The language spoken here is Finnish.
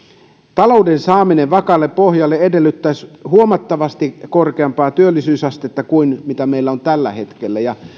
talouden saaminen vakaalle pohjalle edellyttäisi huomattavasti korkeampaa työllisyysastetta kuin meillä on tällä hetkellä ja